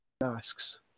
Masks